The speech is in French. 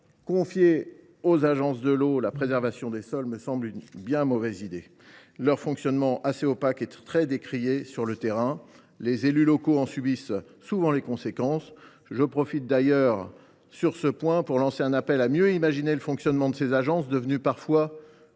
confier aux agences de l’eau la préservation des sols me semble être une bien mauvaise idée. Leur fonctionnement, assez opaque, est très décrié sur le terrain. Les élus locaux en subissent souvent les conséquences. Je profite d’ailleurs de cette intervention pour lancer un appel à mieux imaginer le fonctionnement de ces agences, devenues parfois